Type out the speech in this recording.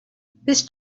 this